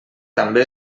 també